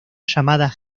llamada